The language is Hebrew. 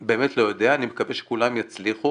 באמת אני לא יודע, אני מקווה שכולם יצליחו